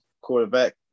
quarterback